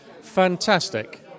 Fantastic